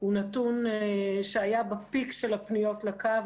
הוא נתון שהיה בפיק של הפניות לקו.